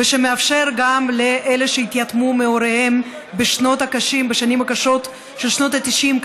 מאפשר גם לאלה שהתייתמו מהוריהם בשנים הקשות של שנות ה-90,